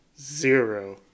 Zero